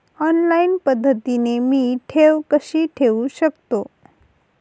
Online पद्धतीने मी ठेव कशी ठेवू शकतो?